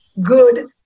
good